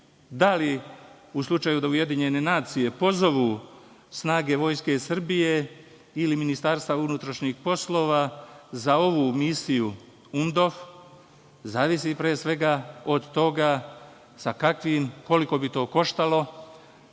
da li, u slučaju da UN pozovu snage Vojske Srbije ili Ministarstva unutrašnjih poslova, za ovu misiju UNDOF, zavisi pre svega od toga koliko bi to koštalo